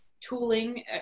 Tooling